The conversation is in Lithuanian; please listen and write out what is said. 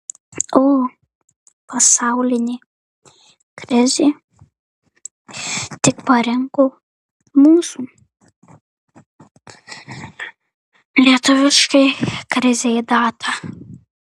o pasaulinė krizė tik parinko mūsų lietuviškai krizei datą